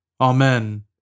Amen